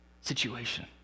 situation